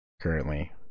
currently